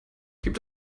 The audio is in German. gibt